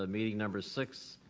ah meeting number six,